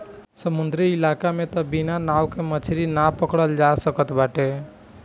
समुंदरी इलाका में तअ बिना नाव के मछरी नाइ पकड़ल जा सकत बाटे